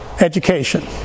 education